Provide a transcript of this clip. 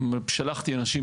שלחתי אנשים.